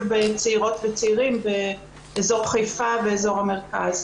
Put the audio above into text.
בצעירות וצעירים באזור חיפה ואזור המרכז.